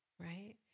right